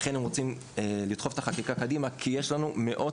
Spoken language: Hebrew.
לכן הם רוצים לדחוף את החקיקה קדימה כי יש לנו מאות